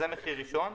זה מחיר ראשון.